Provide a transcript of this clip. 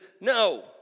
no